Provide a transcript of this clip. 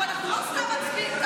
אנחנו לא סתם מצביעים,